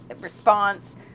response